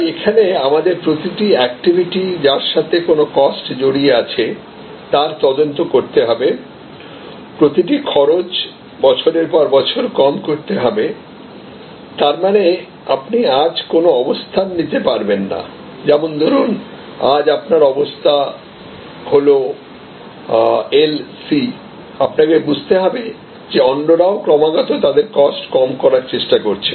তাই এখানে আমাদের প্রতিটি অ্যাক্টিভিটি যার সাথে কোন কস্ট জড়িয়ে আছে তার তদন্ত করতে হবে প্রতিটি খরচ বছরের পর বছর কম করতে হবে তার মানে আপনি আজ কোনও অবস্থান নিতে পারবেন নাযেমন ধরুন আজ আপনার অবস্থান হল এল সি আপনাকে বুঝতে হবে যে অন্যরাও ক্রমাগত তাদের কস্ট কম করার চেষ্টা করছে